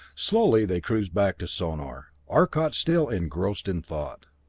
slowly they cruised back to sonor, arcot still engrossed in thought.